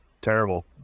terrible